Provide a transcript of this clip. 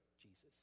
jesus